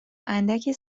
اندکی